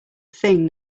thing